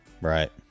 Right